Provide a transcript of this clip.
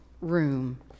room